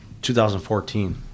2014